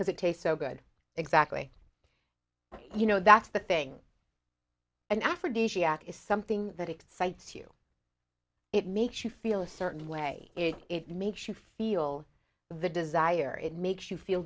because it tastes so good exactly but you know that's the thing and aphrodesiac is something that excites you it makes you feel a certain way it makes you feel the desire it makes you feel